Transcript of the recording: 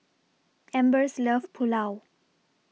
Ambers loves Pulao